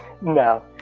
No